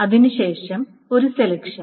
അതിനുശേഷം ഒരു സെലക്ഷൻ